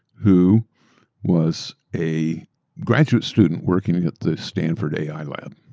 who was a graduate student working at the stanford ai lab.